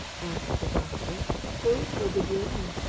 asked the doctor food for the journey?